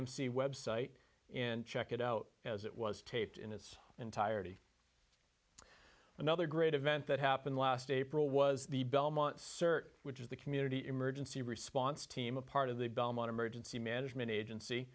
m c website and check it out as it was taped in its entirety another great event that happened last april was the belmont cert which is the community emergency response team a part of the belmont emergency management agency